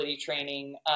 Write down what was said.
training